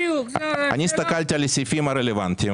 הסתכלתי על הסעיפים הרלוונטיים.